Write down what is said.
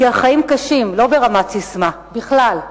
כי החיים קשים, לא ברמת ססמה אלא בכלל,